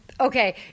Okay